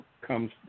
comes